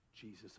Jesus